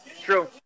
True